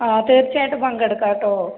ആ തീർച്ചയായിട്ടും പങ്കെടുക്കാട്ടോ